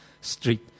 Street